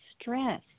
stress